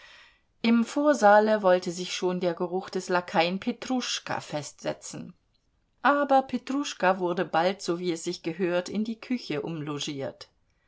im vorsaale wollte sich schon der geruch des lakaien petruschka festsetzen aber petruschka wurde bald so wie es sich gehörte in die küche umlogiert